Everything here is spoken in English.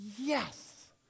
Yes